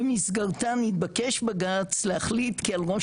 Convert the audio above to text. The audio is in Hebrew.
במסגרתה התבקש בג"צ להחליט כי על ראש